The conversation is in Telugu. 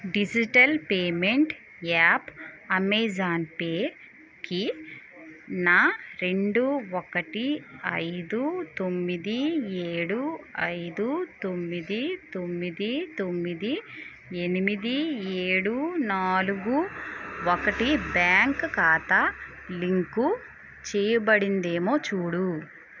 డిజిటల్ పేమెంట్ యాప్ అమెజాన్ పేకి నా రెండు ఒకటి ఐదు తొమ్మిది ఏడు ఐదు తొమ్మిది తొమ్మిది తొమ్మిది ఎనిమిది ఏడు నాలుగు ఒకటి బ్యాంక్ ఖాతా లింకు చెయ్యబడిందేమో చూడు